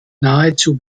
nahezu